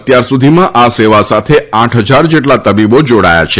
અત્યાર સુધીમાં આ સેવા સાથે આઠ હજાર જેટલા તબીબો જોડાયા છે